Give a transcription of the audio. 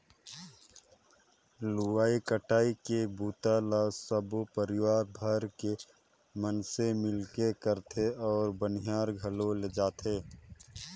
लुवई कटई के बूता ल सबो परिवार भर के मइनसे मिलके करथे अउ बनियार घलो लेजथें